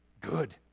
good